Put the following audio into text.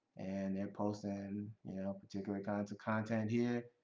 and they're posting you know particular kinds of content here.